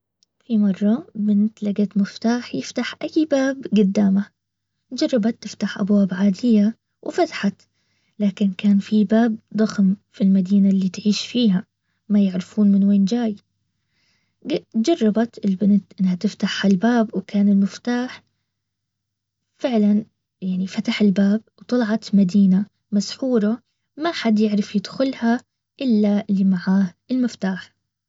في مرة بنت لقيت مفتاح يفتح اي باب قدامه. جربت تفتح ابواب عادية وفتحت لكن كان في باب ضخم في المدينة اللي تعيش فيها. ما يعرفون من وين جاي. جربت البنت انها تفتح هالباب وكان المفتاح فعلا يعني فتح الباب وطلعت مدينة مسحورة ما حد يعرف يدخلها الا اللي معاه المفتاح